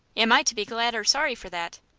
am i to be glad or sorry for that?